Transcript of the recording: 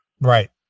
Right